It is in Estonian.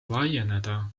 laieneda